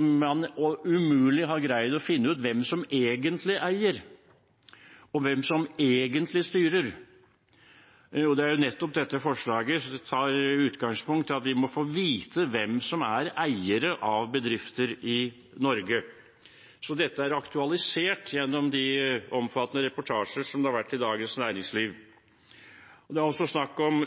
man umulig har kunnet greie å finne ut hvem som egentlig eier, og hvem som egentlig styrer. Det er nettopp det dette forslaget tar utgangspunkt i, at vi må få vite hvem som er eiere av bedrifter i Norge. Dette er aktualisert gjennom de omfattende reportasjer som har vært i Dagens Næringsliv. Det er også snakk om